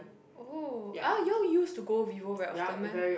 oh !ah! you all used to go Vivo very often meh